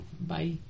bye